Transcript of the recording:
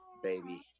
baby